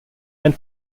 and